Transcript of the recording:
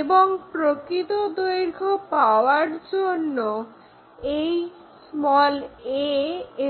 এবং প্রকৃত দৈর্ঘ্য পাওয়ার জন্য এই a